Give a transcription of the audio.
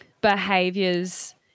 behaviors